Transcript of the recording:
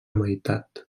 meitat